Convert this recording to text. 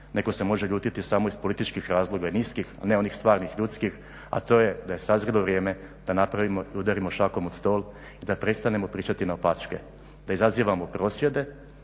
netko se može ljutiti samo iz političkih razloga i niskih, a ne onih stvarnih ljudskih, a to je da je … vrijeme da napravimo i udarimo šakom o stol i da prestanemo pričati naopačke. Da izazivamo prosvjede,